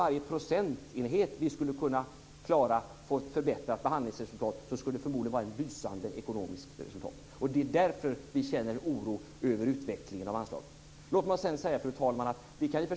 Varje procentenhets förbättrat behandlingsresultat skulle förmodligen vara ett ekonomiskt lysande resultat. Det är alltså därför känner vi oro över utvecklingen av anslagen. Fru talman!